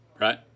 right